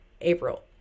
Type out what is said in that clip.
April